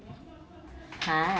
hi